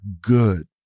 good